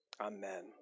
amen